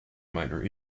minor